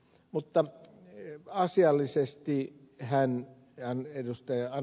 mutta asiallisesti ed